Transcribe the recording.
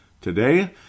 today